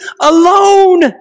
alone